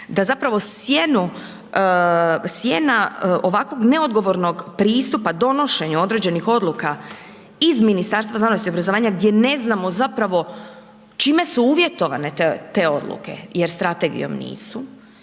da zapravo sjena ovakvog neodgovornog pristupa donošenja određenih odluka iz Ministarstva znanosti i obrazovanja gdje ne znamo zapravo čime su uvjetovane te odluke jer strategijom nisu,